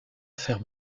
faire